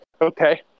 okay